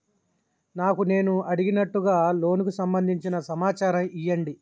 నాకు నేను అడిగినట్టుగా లోనుకు సంబందించిన సమాచారం ఇయ్యండి?